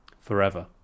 forever